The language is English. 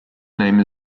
name